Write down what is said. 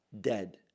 dead